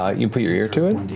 ah you put your ear to it.